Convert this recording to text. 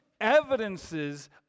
evidences